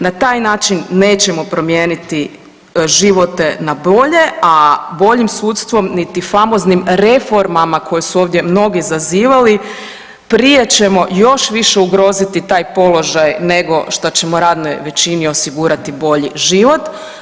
Na taj način nećemo promijeniti živote na bolje, a boljim sudstvom niti famoznim reformama koje su ovdje mnogi zazivali prije ćemo još više ugroziti taj položaj nego što ćemo radnoj većini osigurati bolji život.